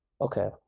Okay